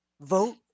vote